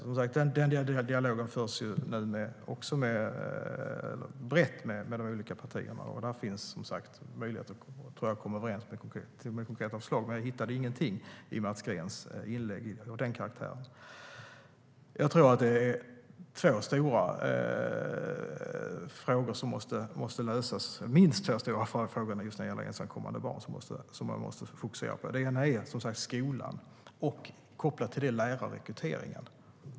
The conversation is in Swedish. Det förs en dialog brett med de olika partierna, och där tror jag som sagt att det finns möjlighet att komma överens och att till och med komma med konkreta förslag. Men jag hittade ingenting av den karaktären i Mats Greens inlägg. Jag tror att det är minst två stora frågor som man måste fokusera på när det gäller just ensamkommande barn. Den ena är skolan och, kopplat till den, lärarrekryteringen.